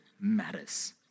matters